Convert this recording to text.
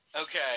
Okay